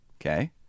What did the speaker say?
okay